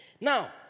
Now